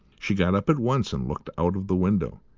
she got up at once and looked out of the window.